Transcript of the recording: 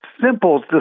simple